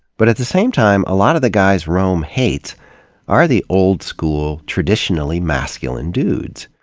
but at the same time, a lot of the guys rome hates are the old school, traditionally masculine dudes.